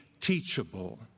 teachable